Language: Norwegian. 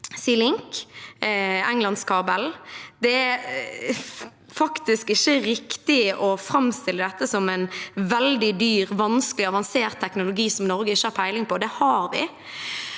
Sea Link, Englandskabelen. Det er faktisk ikke riktig å framstille dette som en veldig dyr, vanskelig og avansert teknologi som Norge ikke har peiling på. Det har vi,